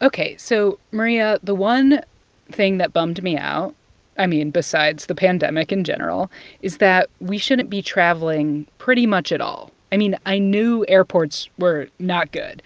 ok. so, maria, the one thing that bummed me out i mean, besides the pandemic in general is that we shouldn't be traveling pretty much at all. i mean, i knew airports were not good,